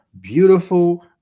beautiful